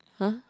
!huh!